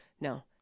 no